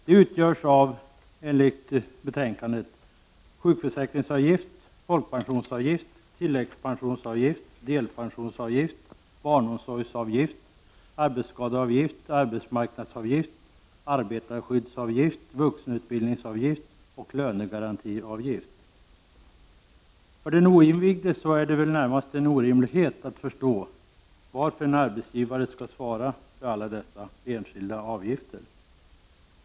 De utgörs enligt betänkandet av sjukförsäkringsavgift, folkpensionsavgift, tillläggspensionsavgift, delpensionsavgift, barnomsorgsavgift, arbetsskadeav För den oinvigde är det närmast en orimlighet att förstå varför en arbetsgivare skall svara för alla dessa enskilda avgifter.